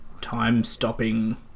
time-stopping